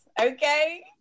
Okay